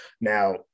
now